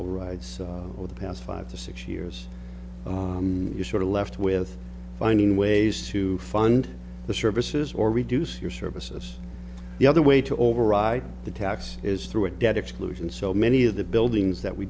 override so over the past five to six years you're sort of left with finding ways to fund the services or reduce your services the other way to override the tax is through a debt exclusion so many of the buildings that we